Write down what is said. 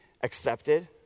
accepted